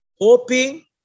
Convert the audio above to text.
hoping